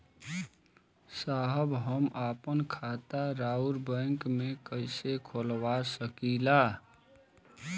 साहब हम आपन खाता राउर बैंक में कैसे खोलवा सकीला?